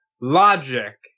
Logic